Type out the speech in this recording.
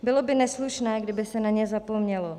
Bylo by neslušné, kdyby se na ně zapomnělo.